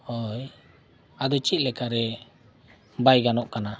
ᱦᱳᱭ ᱟᱫᱚ ᱪᱮᱫ ᱞᱮᱠᱟ ᱨᱮ ᱵᱟᱭ ᱜᱟᱱᱚᱜ ᱠᱟᱱᱟ